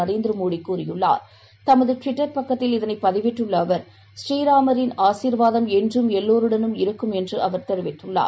நரேந்திரமோடிகூறியுள்ளார் தமதுட்விட்டர் பக்கத்தில் பதிவிட்டுள்ளஅவர் பூரீ ராமரின் ஆசீர் என்றும் எல்லாருடனும் இருக்கும் என்றுஅவர் தெரிவித்துள்ளார்